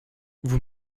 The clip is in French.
vous